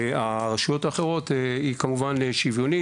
לבין הרשויות האחרות היא שוויונית,